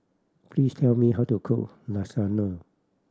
please tell me how to cook Lasagna